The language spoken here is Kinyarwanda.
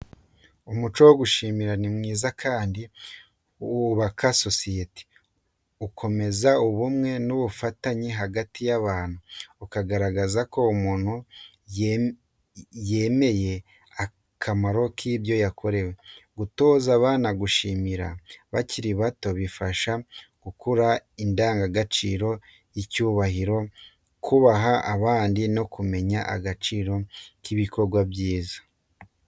Umuco wo gushimira ni mwiza kandi wubaka sosiyete. Ukomeza ubumwe n’ubufatanye hagati y’abantu, ukagaragaza ko umuntu yamenye akamaro k’ibyo yakorewe. Gutoza abana gushimira bakiri bato bibafasha gukurana indangagaciro z’icyubahiro, kubaha abandi no kumenya agaciro k'ibikorwa byiza.